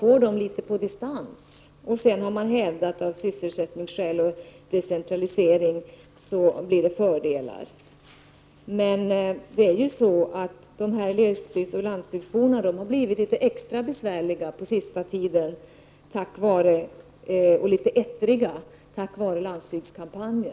Man har också hävdat att det blir fördelar av sysselsättningsskäl och för decentraliseringen. Men glesbygdsoch landsbygdsborna har blivit litet extra besvärliga och ettriga på sista tiden tack vare landsbygdskampanjen.